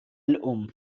الأم